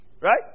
right